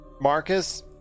Marcus